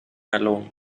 alone